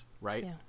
right